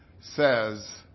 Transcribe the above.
says